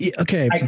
okay